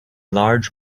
large